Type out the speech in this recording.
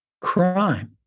crime